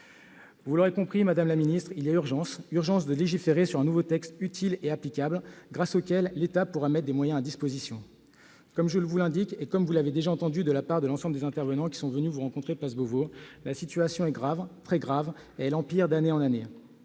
Vous l'aurez compris, madame la ministre, il y a urgence ! Urgence à légiférer sur un nouveau texte, utile et applicable, grâce auquel l'État pourra mettre des moyens à disposition. Comme je vous l'indique et comme vous l'avez déjà entendu de la part de l'ensemble des intervenants qui sont venus vous rencontrer place Beauvau, la situation est grave, très grave, et elle empire d'année en année.